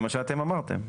זה מה שאתם אמרתם.